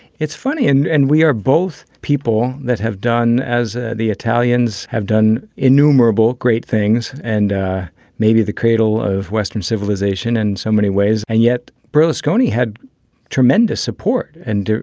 it's funny. and and we are both people that have done as ah the italians have done, innumerable great things and maybe the cradle of western civilization in so many ways. and yet berlusconi had tremendous support. and,